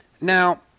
Now